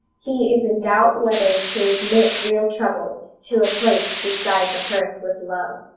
he is in doubt whether to admit real trouble to a place beside the hearth with love.